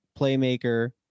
playmaker